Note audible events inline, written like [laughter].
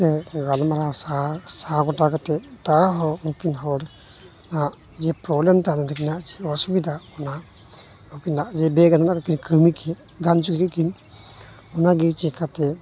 ᱜᱟᱞᱢᱟᱨᱟᱣ ᱥᱟ ᱥᱟᱞᱟ ᱜᱚᱴᱟ ᱠᱟᱛᱮᱫ ᱛᱟᱣᱦᱚᱸ ᱩᱱᱠᱤᱱ ᱦᱚᱲᱟᱜ ᱡᱮ ᱯᱨᱚᱵᱽᱞᱮᱢ ᱛᱟᱦᱮᱸᱞᱮᱱ ᱛᱟᱹᱠᱤᱱᱟ ᱥᱮ ᱚᱥᱩᱵᱤᱛᱟ ᱚᱱᱟ ᱩᱱᱠᱤᱱᱟᱜ ᱡᱮ [unintelligible] ᱵᱮᱼᱜᱟᱱᱚᱜᱟᱜ ᱠᱤᱱ ᱠᱟᱹᱢᱤ ᱠᱮᱫ ᱜᱟᱱᱪᱚ ᱠᱮᱫᱠᱤᱱ ᱚᱱᱟᱜᱮ ᱪᱮᱠᱟᱛᱮ